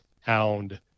hound